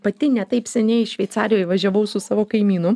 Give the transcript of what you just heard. pati ne taip seniai šveicarijoj važiavau su savo kaimynu